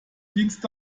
dienst